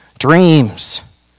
Dreams